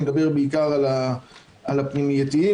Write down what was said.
ואני מדבר בעיקר על המוסדות הפנימייתיים,